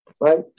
right